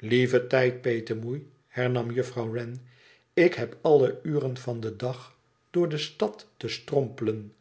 lieve tijd petemoei hernam juffrouw wren ik heb alle uren van den dag door de stad te strompelen